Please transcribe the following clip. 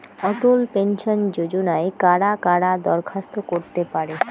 অটল pension যোজনায় কারা কারা দরখাস্ত করতে পারে?